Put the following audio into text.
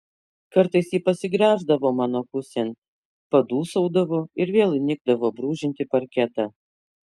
kartais ji pasigręždavo mano pusėn padūsaudavo ir vėl įnikdavo brūžinti parketą